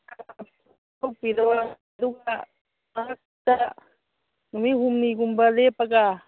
ꯅꯨꯃꯤꯠ ꯍꯨꯝꯅꯤꯒꯨꯝꯕ ꯂꯦꯞꯄꯒ